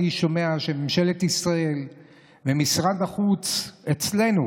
אני שומע שממשלת ישראל ומשרד החוץ אצלנו